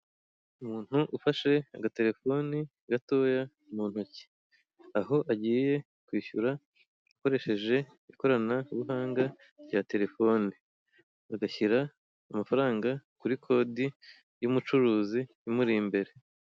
Umuntu ufashe agatelefoni gatoya mu ntoki aho agiye kwishyura akoresheje ikoranabuhanga rya telefone. Agashyira amafaranga kuri kodi y'umucuruzi imuri imbere.